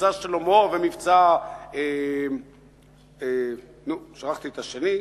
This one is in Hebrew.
"מבצע שלמה" שכחתי את השני,